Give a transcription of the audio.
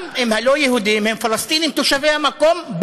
גם אם הלא-יהודים הם פלסטינים תושבי המקום,